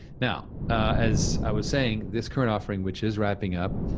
now as i was saying, this current offering which is wrapping up,